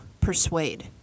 persuade